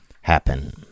happen